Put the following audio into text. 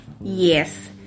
Yes